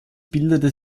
bildete